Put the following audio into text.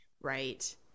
Right